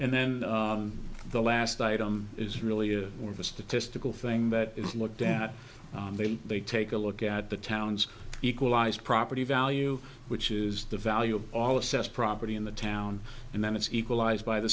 and then the last item is really more of a statistical thing that is looked down they take a look at the towns equalised property value which is the value of all assessed property in the town and then it's equalized by the